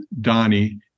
Donnie